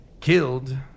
killed